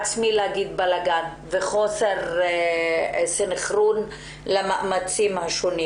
לבלגן וחוסר סנכרון של המאמצים השונים.